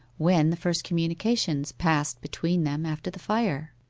when the first communications passed between them after the fire